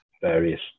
various